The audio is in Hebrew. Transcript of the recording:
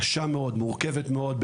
הייתה קשה מאוד ומורכבת מאוד,